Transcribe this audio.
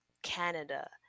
Canada